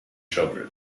children